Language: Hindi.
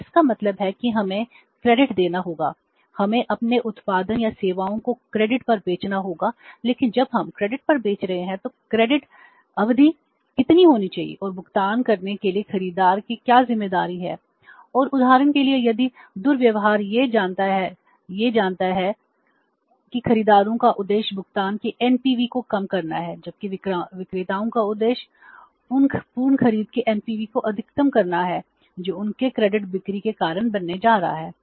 तो इसका मतलब है कि हमें क्रेडिट को अधिकतम करना है जो उनकी क्रेडिट बिक्री के कारण बनने जा रहा है